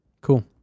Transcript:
Cool